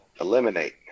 Eliminate